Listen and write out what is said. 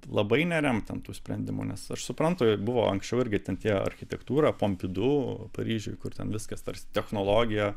labai neremt ten tų sprendimų nes aš suprantu buvo anksčiau irgi ten tie architektūra pompidu paryžiuj kur ten viskas tarsi technologija